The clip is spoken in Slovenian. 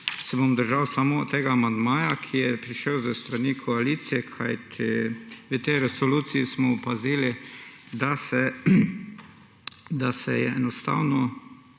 se bom držal samo tega amandmaja, ki je prišel s strani koalicije. Kajti, v tej resoluciji smo opazili, da se je enostavno